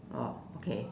oh okay